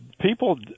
People